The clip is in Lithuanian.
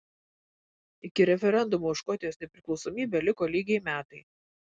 iki referendumo už škotijos nepriklausomybę liko lygiai metai